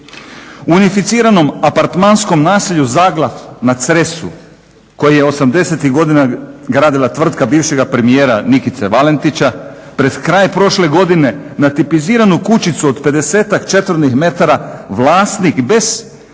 U unificiranom apartmanskom naselju Zaglav na Cresu koji je '80.-tih godina gradila tvrtka bivšega premijera Nikice Valentića pred kraj prošle godine na tipiziranu kućicu od 50-tak četvornih metara vlasnik bez osjećaja